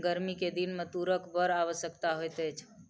गर्मी के दिन में तूरक बड़ आवश्यकता होइत अछि